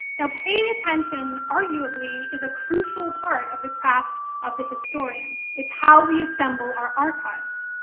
now, paying attention, arguably, is a crucial part of the craft of the historian. it's how we assemble our archives.